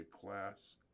class